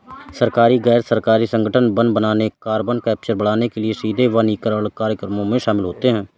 सरकारी, गैर सरकारी संगठन वन बनाने, कार्बन कैप्चर बढ़ाने के लिए सीधे वनीकरण कार्यक्रमों में शामिल होते हैं